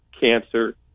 cancer